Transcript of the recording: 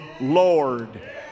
Lord